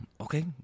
Okay